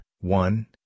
one